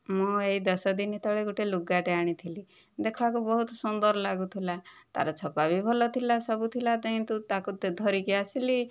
ମୁଁ ଏହି ଦଶ ଦିନ ତଳେ ଗୋଟିଏ ଲୁଗାଟେ ଆଣିଥିଲି ଦେଖିବାକୁ ବହୁତ ସୁନ୍ଦର ଲାଗୁଥିଲା ତା'ର ଛପା ବି ଭଲ ଥିଲା ସବୁ ଥିଲା ତେଣୁ ତାକୁ ଧରିକି ଆସିଲି